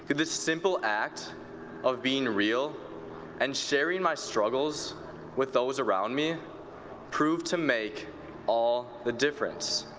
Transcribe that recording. the simple act of being real and sharing my struggles with those around me proved to make all the difference.